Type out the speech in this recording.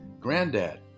granddad